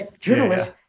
journalists